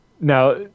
Now